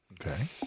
Okay